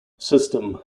system